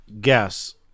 guess